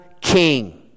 king